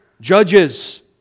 judges